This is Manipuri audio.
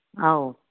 ꯑꯧ